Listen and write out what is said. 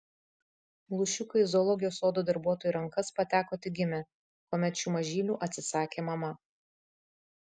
lūšiukai į zoologijos sodo darbuotojų rankas pateko tik gimę kuomet šių mažylių atsisakė mama